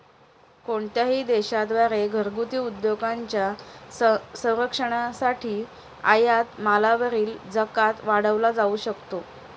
कोणत्याही देशा द्वारे घरगुती उद्योगांच्या संरक्षणासाठी आयात मालावरील जकात वाढवला जाऊ शकतो